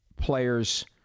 players